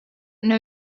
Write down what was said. know